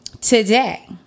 today